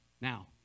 now